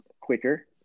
quicker